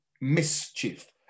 mischief